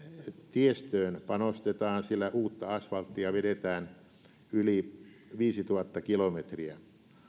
tiestöön panostetaan sillä uutta asfalttia vedetään yli viisituhatta kilometriä